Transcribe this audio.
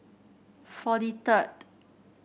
forty third